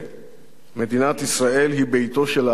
מדינת ישראל היא ביתו של העם היהודי,